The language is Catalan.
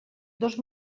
dos